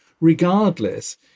regardless